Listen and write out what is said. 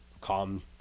calm